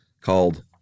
called